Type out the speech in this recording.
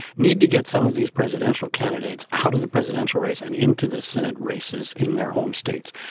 need to get some of these presidential candidates out of the presidential race and into the senate races in their home states.